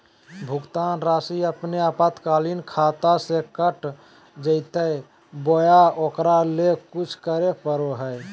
भुक्तान रासि अपने आपातकालीन खाता से कट जैतैय बोया ओकरा ले कुछ करे परो है?